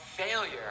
failure